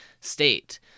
state